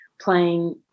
playing